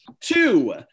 two